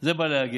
זה בא להגן,